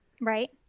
right